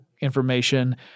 information